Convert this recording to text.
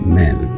men